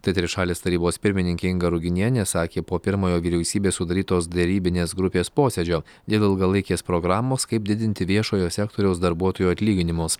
tai trišalės tarybos pirmininkė inga ruginienė sakė po pirmojo vyriausybės sudarytos derybinės grupės posėdžio dėl ilgalaikės programos kaip didinti viešojo sektoriaus darbuotojų atlyginimus